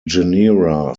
genera